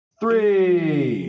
three